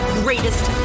greatest